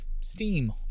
steam